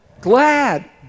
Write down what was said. Glad